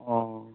अ'